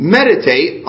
meditate